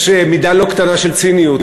יש מידה לא קטנה של ציניות